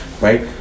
right